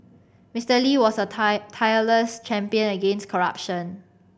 Mister Lee was a tie tireless champion against corruption